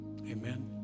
amen